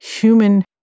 human